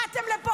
באתם לפה,